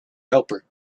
helper